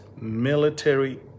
military